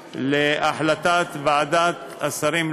הבנה של הציבור את המהות של עילת הסגירה,